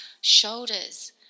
shoulders